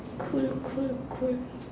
cool cool cool